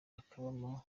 hakabamo